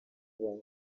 bamwe